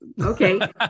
Okay